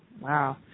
Wow